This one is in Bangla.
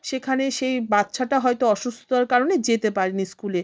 সেখানে সেই বাচ্ছাটা হয়তো অসুস্ততার কারণে যেতে পারে নি স্কুলে